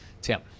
Tim